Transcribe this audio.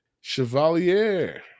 Chevalier